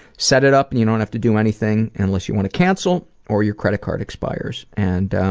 set it up and you don't have to do anything unless you want to cancel or your credit card expires. and